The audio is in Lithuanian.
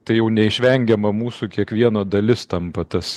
tai neišvengiama mūsų kiekvieno dalis tampa tas